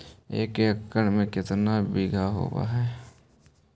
एक एकड़ में केतना बिघा होब हइ?